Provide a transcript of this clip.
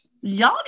y'all